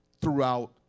throughout